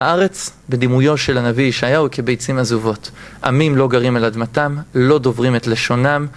הארץ בדימויו של הנביא ישעיהו כביצים עזובות, עמים לא גרים על אדמתם, לא דוברים את לשונם